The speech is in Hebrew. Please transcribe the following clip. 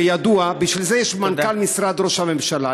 וידוע שבשביל זה יש מנכ"ל משרד ראש הממשלה.